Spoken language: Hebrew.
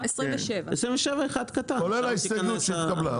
27(1). כולל ההסתייגות שהתקבלה.